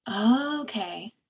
okay